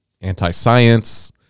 anti-science